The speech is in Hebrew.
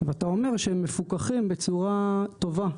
ואתה אומר שהם מפוקחים בצורה טובה,